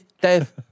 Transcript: Dave